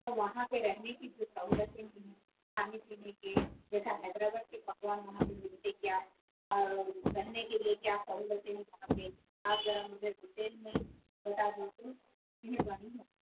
تو وہاں پہ رہنے کی جو سہولتیں تھی کھانے پینے کے جیسا حیدر آباد کے پکوان وہاں پہ ملتے کیا اور رہنے کے لیے کیا سہولتیں ہیں وہاں پہ آپ مجھے ذرا ڈٹیلس میں بتا دیجیے مہربانی ہوگی